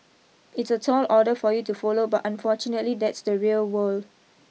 it's a tall order for you to follow but unfortunately that's the real world